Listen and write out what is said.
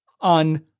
on